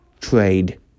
trade